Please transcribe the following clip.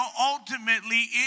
ultimately